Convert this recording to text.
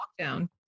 lockdown